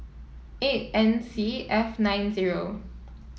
eight N C F nine zero